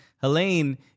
Helene